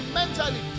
mentally